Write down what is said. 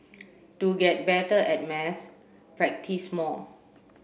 to get better at maths practice more